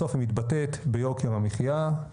בסוף היא מתבטאת ביוקר המחייה.